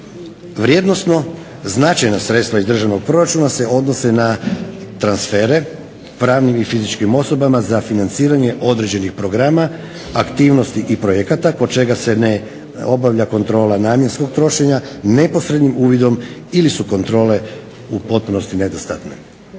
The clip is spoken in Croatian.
Vrijednosno značajna sredstva iz državnog proračuna se odnose na transfere pravnim i fizičkim osobama za financiranje određenih programa aktivnosti i projekata kod čega se ne obavlja kontrola namjenskog trošenja neposrednim uvidom ili su kontrole u potpunosti nedostatne.